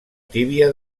tíbia